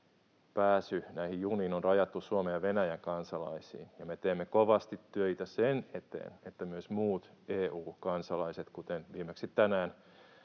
pääsy näihin juniin on rajattu Suomen ja Venäjän kansalaisiin. Me teemme kovasti töitä sen eteen — kuten viimeksi tänään